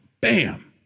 Bam